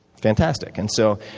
fantastic. and so